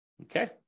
Okay